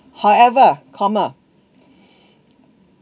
however coma